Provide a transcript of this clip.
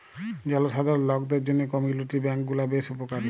জলসাধারল লকদের জ্যনহে কমিউলিটি ব্যাংক গুলা বেশ উপকারী